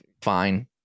fine